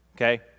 Okay